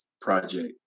project